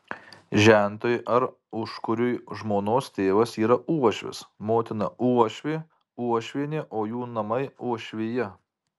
žentui ar užkuriui žmonos tėvas yra uošvis motina uošvė uošvienė o jų namai uošvija